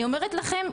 אני אומרת לכם,